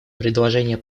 предложения